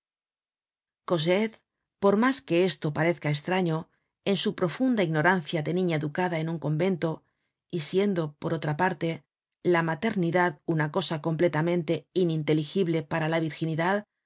por mas que esto parezca estraño en su profunda ignorancia de niña educada en un convento y siendo por otra parte la maternidad una cosa completamente ininteligible para la virginidad